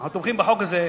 אנחנו תומכים בחוק הזה.